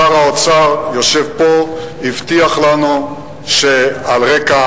שר האוצר היושב פה הבטיח לנו שעל רקע